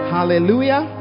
Hallelujah